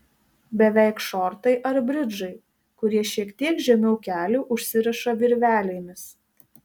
beveik šortai ar bridžai kurie šiek tiek žemiau kelių užsiriša virvelėmis